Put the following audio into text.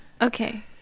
Okay